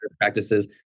practices